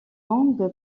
longue